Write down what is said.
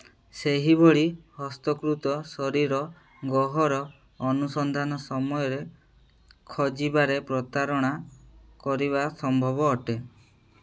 ସେହିଭଳି ହସ୍ତକୃତ ଶରୀର ଗହ୍ଵର ଅନୁସନ୍ଧାନ ସମୟରେ ଖୋଜିବାରେ ପ୍ରତାରଣା କରିବା ସମ୍ଭବ ଅଟେ